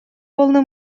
волны